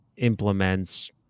implements